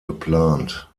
geplant